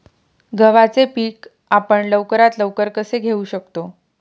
गव्हाचे पीक आपण लवकरात लवकर कसे घेऊ शकतो?